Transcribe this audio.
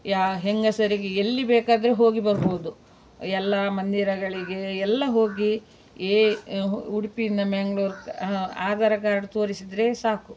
ಯಾ ಹೆಂಗಸರಿಗೆ ಎಲ್ಲಿ ಬೇಕಾದರೆ ಹೋಗಿ ಬರ್ಬೋದು ಎಲ್ಲ ಮಂದಿರಗಳಿಗೆ ಎಲ್ಲ ಹೋಗಿ ಏ ಹು ಉಡುಪಿಯಿಂದ ಮಗಳೂರು ಆಧಾರ ಕಾರ್ಡ್ ತೋರಿಸಿದರೆ ಸಾಕು